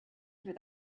where